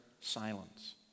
silence